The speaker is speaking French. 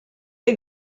les